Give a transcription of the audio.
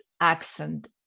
accent